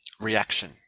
reaction